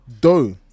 Doe